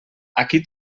aquí